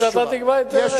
או שאתה תקבע דרך.